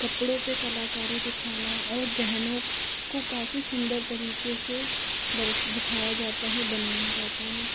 कपड़ों पर कलाकारी दिखाना और गहनों को काफी सुंदर तरीके से दर्श दिखाया जाता है बनाया जाता है